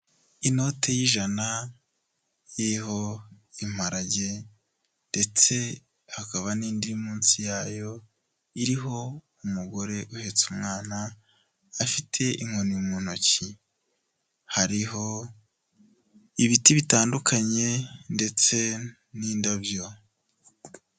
Inote y'ijana iriho impalage ndetse hakaba n'indi iri munsi yayo iriho umugore uhetse umwana afite inkoni mu ntoki, hariho ibiti bitandukanye ndetse n'indabyo.